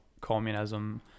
communism